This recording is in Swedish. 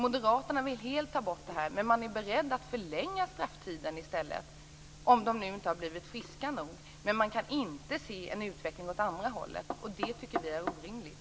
Moderaterna vill helt ta bort detta, men man är beredd att i stället förlänga strafftiden, om den dömde inte har blivit frisk nog, men moderaterna kan inte se en utveckling åt andra hållet. Det tycker vi är orimligt.